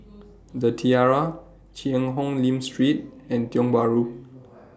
The Tiara Cheang Hong Lim Street and Tiong Bahru